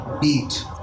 beat